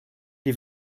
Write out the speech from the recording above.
die